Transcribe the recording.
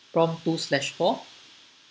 prompt two slash four